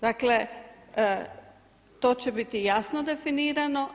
Dakle, to će biti jasno definirano.